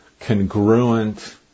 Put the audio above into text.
congruent